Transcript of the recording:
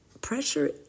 Pressure